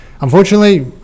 Unfortunately